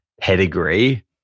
pedigree